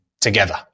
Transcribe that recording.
together